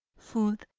food,